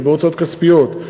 ובהוצאות כספיות,